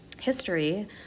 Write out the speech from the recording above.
history